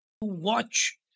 watch